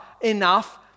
enough